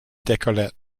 decollete